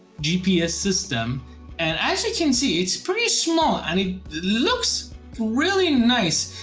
gps system and as you can see it's pretty small and it looks really nice.